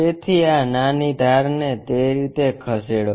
તેથી આ નાની ધારને તે રીતે ખસેડો